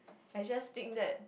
I just think that